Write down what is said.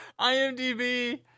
IMDb